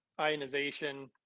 ionization